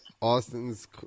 austin's